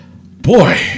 Boy